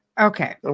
Okay